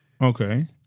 Okay